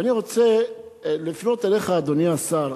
ואני רוצה לפנות אליך, אדוני השר,